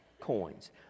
coins